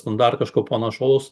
standartiško panašaus